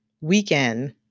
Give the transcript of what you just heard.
weekend